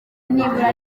nibura